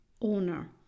owner